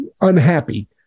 unhappy